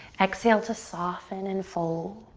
exhale to soften and fold.